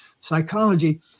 Psychology